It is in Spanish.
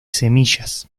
semillas